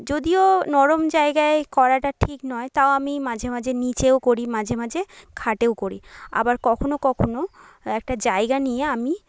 যদিও নরম জায়গায় করাটা ঠিক নয় তাও আমি মাঝে মাঝে নিচেও করি মাঝে মাঝে খাটেও করি আবার কখনো কখনো একটা জায়গা নিয়ে আমি